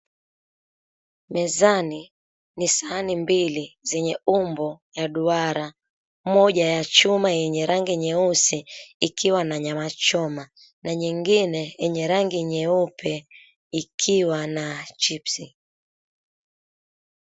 Mezani ni sahani mbili zenye umbo ya duara, moja ya chuma yenye rangi nyeusi ikiwa na nyama choma na nyengine yenye rangi nyeupe ikiwa na chipsy .